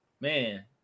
man